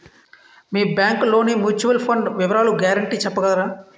మీ bank లోని mutual fund వివరాల guarantee చెప్పగలరా?